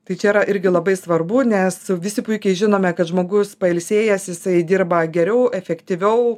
tai čia yra irgi labai svarbu nes visi puikiai žinome kad žmogus pailsėjęs jisai dirba geriau efektyviau